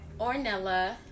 Ornella